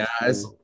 guys